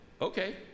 okay